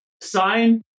sign